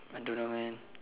I don't know man